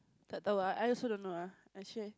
ah I also don't know ah actually